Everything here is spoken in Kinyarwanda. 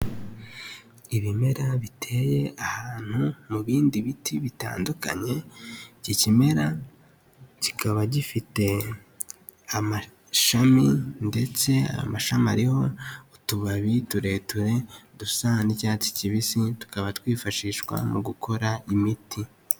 Ibimera biteye ahantu mu bindi biti bitandukanye, iki kimera kikaba gifite amashami, ndetse amashami ariho utubabi tureture dusa n'icyatsi kibisi tukaba twifashishwa mu gukora imiti.